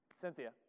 Cynthia